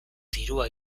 dirua